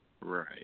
Right